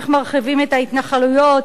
איך מרחיבים את ההתנחלויות,